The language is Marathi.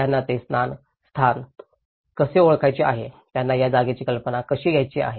त्यांना हे स्थान कसे ओळखायचे आहे त्यांना या जागेची कल्पना कशी घ्यायची आहे